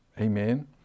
Amen